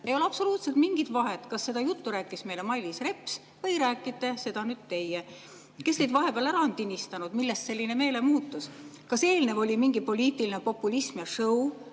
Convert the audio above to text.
Ei ole absoluutselt mingit vahet, kas seda juttu rääkis meile Mailis Reps või räägite seda nüüd teie. Kes teid vahepeal ära on tinistanud? Millest selline meelemuutus? Kas eelnev oli mingi poliitiline populism ja sõu?